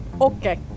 Okay